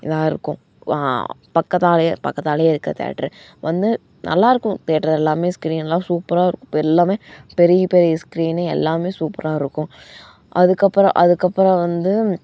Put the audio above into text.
தான் இருக்கும் பக்கத்திலையே பக்கத்திலையே இருக்கிற தேயேட்டரு வந்து நல்லாயிருக்கும் தேயேட்டரு எல்லாமே ஸ்க்ரீன்லாம் சூப்பராக இருக்கும் இப்போ எல்லாமே பெரிய பெரிய ஸ்க்ரீன் எல்லாமே சூப்பராக இருக்கும் அதுக்கப்புறம் அதுக்கப்புறம் வந்து